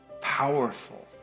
powerful